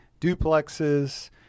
duplexes